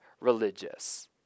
religious